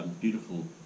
beautiful